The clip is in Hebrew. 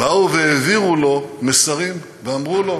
באו והעבירו לו מסרים ואמרו לו: